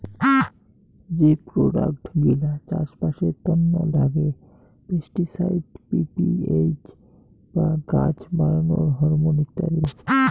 যে প্রোডাক্ট গিলা চাষবাসের তন্ন লাগে পেস্টিসাইড, পি.পি.এইচ বা গাছ বাড়ানোর হরমন ইত্যাদি